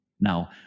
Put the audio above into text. Now